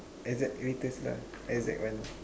exact lah exact one